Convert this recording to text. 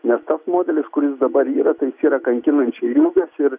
nes tas modelis kuris dabar yra tai jis yra kankinančiai ilgas ir